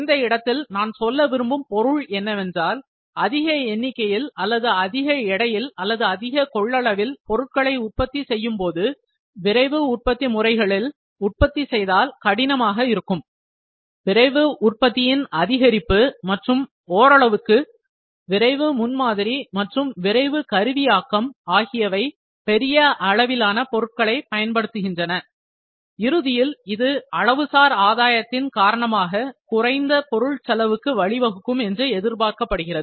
இந்த இடத்தில் நான் சொல்ல விரும்பும் பொருள் என்னவென்றால் அதிக எண்ணிக்கையில் அல்லது அதிக எடையில் அல்லது அதிக கொள்ளளவில் பொருட்களை உற்பத்தி செய்யும் போது விரைவு உற்பத்தி முறைகளில் உற்பத்தி செய்தால் கடினமாக இருக்கும் விரைவு உற்பத்தியின் அதிகரிப்பு மற்றும் ஓரளவிற்கு விரைவு முன்மாதிரி மற்றும் விரைவுகருவியாக்கம் ஆகியவை பெரிய அளவிலான பொருள்களைப் பயன்படுத்துகின்றன இறுதியில் இது அளவுசார் ஆதாயத்தின் காரணமாக குறைந்த பொருள் செலவுகளுக்கு வழிவகுக்கும் என்று எதிர்பார்க்கப்படுகிறது